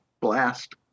blast